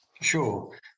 sure